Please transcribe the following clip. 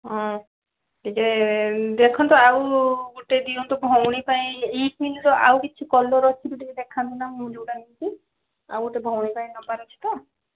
ହଁ ଟିକେ ଦେଖନ୍ତୁ ଆଉ ଗୋଟେ ଦିଅନ୍ତୁ ଭଉଣୀ ପାଇଁ ଏ ହିଲ୍ର ଆଉ କିଛି କଲର୍ ଅଛି କି ଟିକିଏ ଦେଖାନ୍ତୁ ନା ମୁଁ ଯେଉଁଟା ନେଇଛି ଆଉ ଗୋଟେ ଭଉଣୀ ପାଇଁ ନେବାର ଅଛି ତ